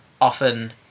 often